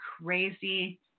crazy